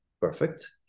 perfect